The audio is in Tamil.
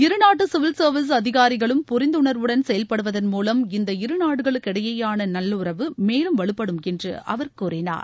இரு நாட்டுசிவில் சர்வீஸ் அதிகாரிகளும் புரிந்துணர்வுடன் செயல்படுவதன் இந்த மூலம் இருநாடுகளுக்கு இடையேயானநல்லுறவு மேலும் வலுப்படும் என்றுஅவர் கூறினார்